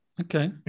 Okay